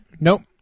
Nope